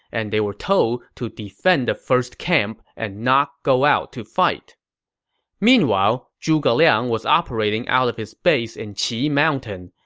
and they were told to defend the first camp and not go out to fight meanwhile, zhuge liang was operating out of his base in qi mountain.